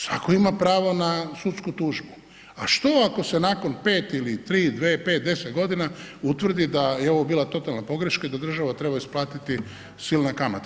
Svatko ima pravo na sudsku tužbu, a što ako se nakon 5 ili 3, 2, 5, 10 godina utvrdi da je ovo bila totalna pogreška i da država treba isplatiti silne kamate.